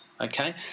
okay